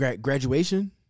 Graduation